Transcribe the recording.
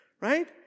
right